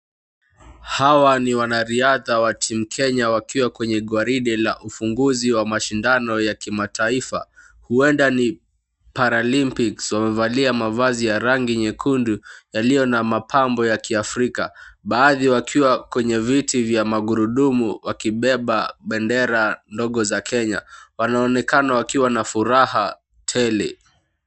Hawa ni wanariadha wa team Kenya wakiwa kwenye gwaride la ufunguzi wa mashindano ya kimataifa: huenda ni paralympics . Wamevalia mavazi ya rangi nyekundu yaliyo na mapambo ya kiafrika baadhi wakiwa kwenye viti vya magurudumu wakibeba bendera ndogo za Kenya. Wanaonekana wakiwa na furaha tele.